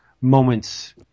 moments